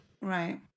right